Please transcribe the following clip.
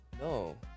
No